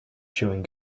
chewing